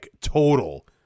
total